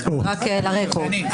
רק לרקורד.